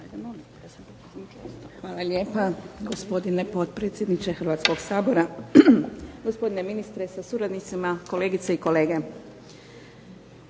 Hvala lijepa, gospodine potpredsjedniče Hrvatskoga sabora. Gospodine ministre sa suradnicima, kolegice i kolege.